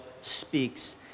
speaks